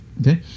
okay